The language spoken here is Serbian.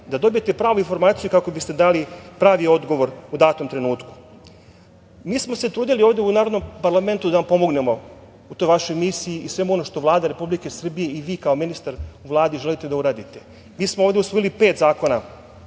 da dobijete pravu informaciju kako biste dali pravi odgovor u datom trenutku. Mi smo se trudili ovde narodnom parlamentu da vam pomognemo u toj vašoj misiji i svemu ono što Vlada Republike Srbije i vi kao ministar u Vladi želite da uradite. Mi smo ovde usvojili pet zakona.